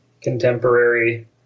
contemporary